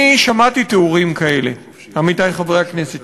אני שמעתי תיאורים כאלה, עמיתי חברי הכנסת.